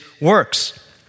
works